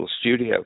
studio